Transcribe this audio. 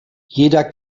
jeder